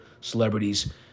celebrities